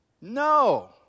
No